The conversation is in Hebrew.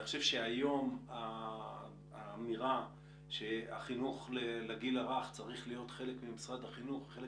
אני חושב שהאמירה שהחינוך לגיל הרך צריך להיות חלק ממשרד החינוך וחלק